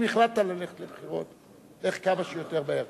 אם החלטת ללכת לבחירות, לך כמה שיותר מהר.